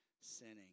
sinning